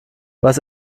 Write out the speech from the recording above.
was